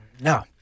No